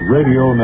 Radio